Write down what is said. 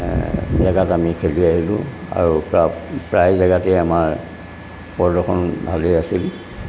জেগাত আমি খেলি আহিলোঁ আৰু পা প্ৰায় জেগাতে আমাৰ প্ৰদৰ্শন ভালেই আছিল